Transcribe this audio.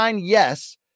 yes